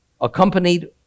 accompanied